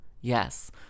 yes